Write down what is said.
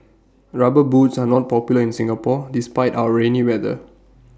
rubber boots are not popular in Singapore despite our rainy weather